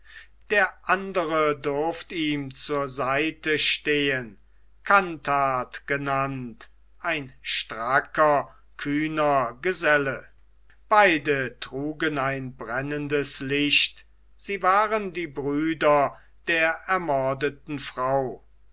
der andere durft ihm zur seite stehen kantart genannt ein stracker kühner geselle beide trugen ein brennendes licht sie waren die brüder der ermordeten frau